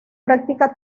práctica